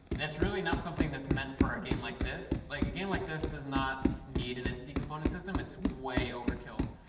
that's really not something that's meant for a game like this. like, a game like this does not need an entity component system. it's way overkill.